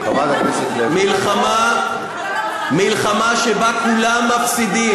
מלחמה שבה כולם מפסידים.